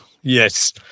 Yes